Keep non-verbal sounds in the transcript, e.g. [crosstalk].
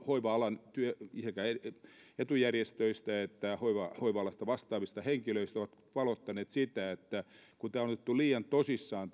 hoiva alan etujärjestöistä ja hoiva hoiva alasta vastaavista henkilöistä ovat valottaneet sitä että kun tämä eristäytyminen on otettu liian tosissaan [unintelligible]